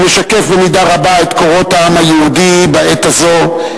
ומשקף במידה רבה את קורות העם היהודי בעת הזאת,